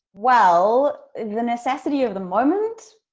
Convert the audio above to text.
well, the necessity of the moment.